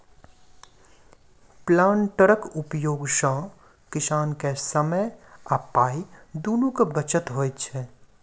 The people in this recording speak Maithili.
प्लांटरक उपयोग सॅ किसान के समय आ पाइ दुनूक बचत होइत छै